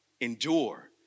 endure